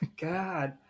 God